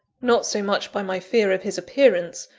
not so much by my fear of his appearance,